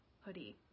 hoodie